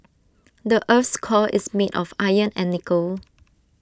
the Earth's core is made of iron and nickel